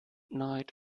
night